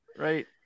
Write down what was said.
Right